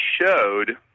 showed